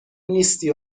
نیستی